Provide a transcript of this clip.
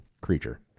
creature